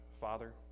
Father